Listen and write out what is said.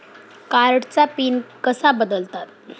कार्डचा पिन कसा बदलतात?